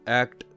act